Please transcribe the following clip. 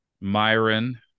Myron